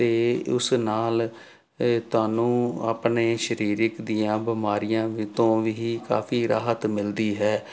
ਅਤੇ ਉਸ ਨਾਲ ਤੁਹਾਨੂੰ ਆਪਣੇ ਸਰੀਰਿਕ ਦੀਆਂ ਬਿਮਾਰੀਆਂ ਵੀ ਤੋਂ ਵੀ ਕਾਫ਼ੀ ਰਾਹਤ ਮਿਲਦੀ ਹੈ